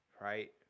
right